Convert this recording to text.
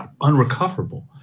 Unrecoverable